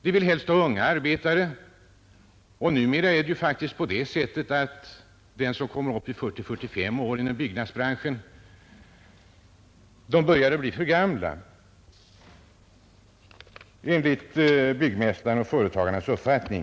De vill helst ha unga arbetare; numera är det faktiskt på det sättet inom byggnadsbranschen att de som kommer upp i 40—45 år börjar bli för gamla, enligt byggmästarnas och företagarnas uppfattning.